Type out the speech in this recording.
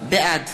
בעד